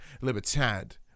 Libertad